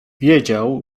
wiedział